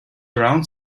around